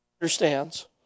understands